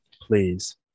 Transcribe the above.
please